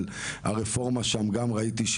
אבל הרפורמה שם גם ראיתי,